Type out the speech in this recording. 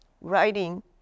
writing